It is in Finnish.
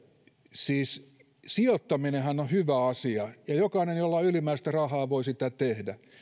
siis sijoittaminenhan on on hyvä asia ja jokainen jolla on ylimääräistä rahaa voi sitä tehdä